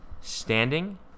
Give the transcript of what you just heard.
standing